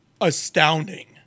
astounding